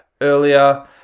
earlier